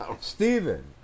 Stephen